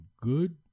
good